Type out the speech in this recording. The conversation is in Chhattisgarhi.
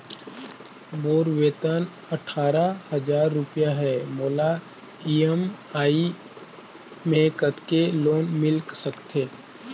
मोर वेतन अट्ठारह हजार रुपिया हे मोला ई.एम.आई मे कतेक लोन मिल सकथे?